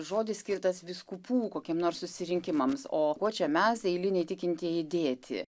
žodis skirtas vyskupų kokiem nors susirinkimams o kuo čia mes eiliniai tikintieji dėti